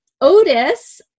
Otis